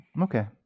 Okay